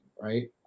right